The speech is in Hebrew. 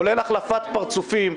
כולל החלפת פרצופים,